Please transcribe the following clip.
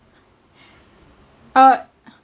uh